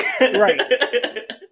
Right